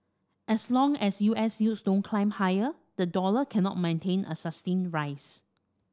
as long as U S yields don't climb higher the dollar cannot mount a sustained rise